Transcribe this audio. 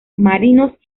marinos